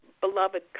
beloved